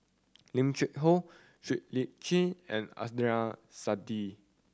Lim Cheng Hoe Siow Lee Chin and Adnan Saidi